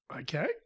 Okay